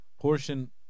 portion